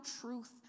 truth